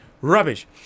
Rubbish